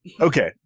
okay